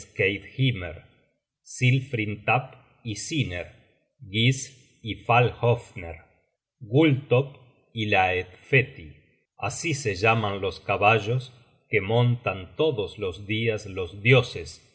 silfrintapp y siner gisl y falhofner gultopp y laettfeti así se llaman los caballos que montan todos los dias los dioses